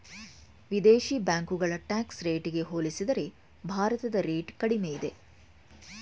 ವಿದೇಶಿ ಬ್ಯಾಂಕುಗಳ ಟ್ಯಾಕ್ಸ್ ರೇಟಿಗೆ ಹೋಲಿಸಿದರೆ ಭಾರತದ ರೇಟ್ ಕಡಿಮೆ ಇದೆ